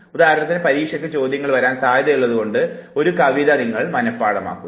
ഉദാഹരണത്തിന് പരീക്ഷയ്ക്ക് ചോദ്യങ്ങൾ വരാൻ സാധ്യതയുള്ളതു കൊണ്ട് ഒരു കവിത നിങ്ങൾ മനഃപാഠമാക്കുന്നു